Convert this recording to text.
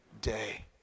day